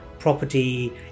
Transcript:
property